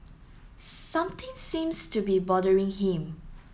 something seems to be bothering him